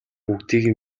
бүгдийг